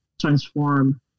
transform